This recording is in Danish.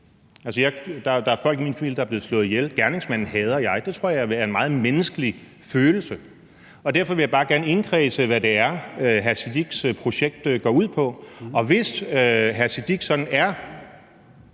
der er folk i min familie, der er blevet slået ihjel, og gerningsmanden hader jeg. Det tror jeg er en meget menneskelig følelse. Og derfor vil jeg bare gerne indkredse, hvad det er, hr. Sikandar Siddiques projekt går ud på. Og hvis hr. Sikandar